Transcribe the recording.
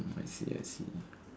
I see I see